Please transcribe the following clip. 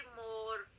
more